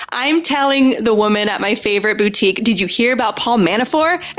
i'm telling the woman at my favorite boutique, did you hear about paul manafort?